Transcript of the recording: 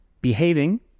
behaving